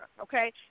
okay